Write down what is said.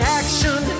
action